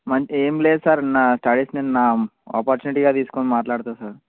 ఏమి లేదు సార్ నా టాలెంట్ నా ఆపర్చునిటీగా తీసుకుని మాట్లాడుతా సార్